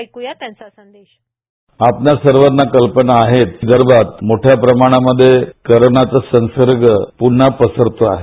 एक्या त्यांचा संदेश आपणा सर्वांना कल्पना आहे कि विदर्भात मोठ्या प्रमाणामध्ये कोरोनाचं संसर्ग प्न्हा पसरतो आहे